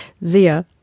sehr